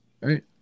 Right